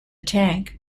tank